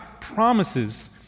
promises